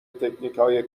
تکنیکهای